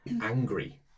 angry